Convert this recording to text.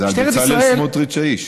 נו, זה על בצלאל סמוטריץ האיש.